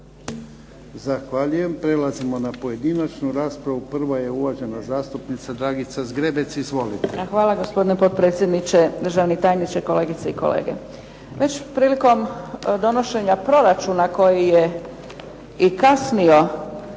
Zahvaljujem. Prelazimo na pojedinačnu raspravu. Prva je uvažena zastupnica Dragica Zgrebec. Izvolite. **Zgrebec, Dragica (SDP)** Hvala, gospodine potpredsjedniče. Državni tajniče, kolegice i kolege. Već prilikom donošenja proračuna koji je i kasnio